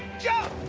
jump!